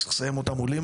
צריך לסיים אותה מולי,